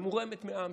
היא מורמת מעם,